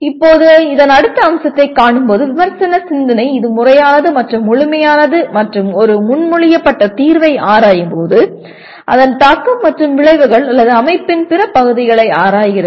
இப்போது இதன் அடுத்த அம்சத்தை காணும் போது விமர்சன சிந்தனை இது முறையானது மற்றும் முழுமையானது மற்றும் ஒரு முன்மொழியப்பட்ட தீர்வை ஆராயும்போது அதன் தாக்கம் மற்றும் விளைவுகள் அல்லது அமைப்பின் பிற பகுதிகளை ஆராய்கிறது